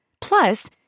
Plus